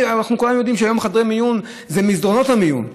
כולנו יודעים שהיום חדרי המיון זה מסדרונות המיון.